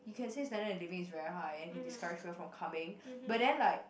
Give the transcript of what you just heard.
he can say standard living is very high and can describe people from coming but then like